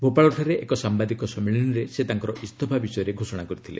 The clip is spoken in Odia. ଭୋପାଳଠାରେ ଏକ ସାମ୍ଭାଦିକ ସମ୍ମିଳନୀରେ ସେ ତାଙ୍କ ଇସ୍ତଫା ବିଷୟରେ ଘୋଷଣା କରିଥିଲେ